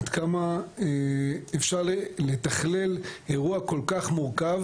עד כמה אפשר לתכלל אירוע כל כך מורכב,